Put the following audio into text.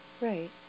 Right